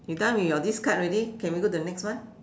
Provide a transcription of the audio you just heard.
you done with your this card already can we go to the next one